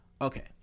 Okay